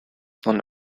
and